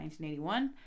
1981